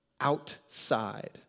outside